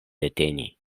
deteni